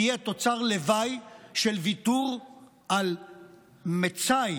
תהיה תוצר לוואי של ויתור על מצאי,